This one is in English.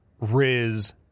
Riz